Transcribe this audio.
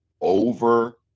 over